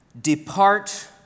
Depart